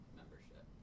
membership